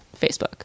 Facebook